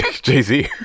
Jay-Z